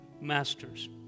masters